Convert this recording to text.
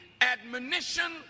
admonition